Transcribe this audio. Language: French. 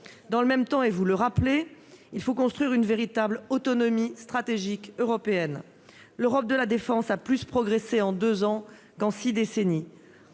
Dans le même temps, et vous le rappelez, il convient de construire une véritable autonomie stratégique européenne. L'Europe de la défense a plus progressé en deux ans qu'en six décennies.